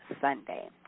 Sunday